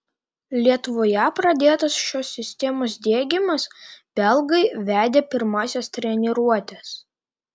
lietuvoje pradėtas šios sistemos diegimas belgai vedė pirmąsias treniruotes